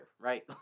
right